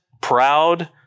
proud